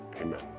amen